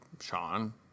Sean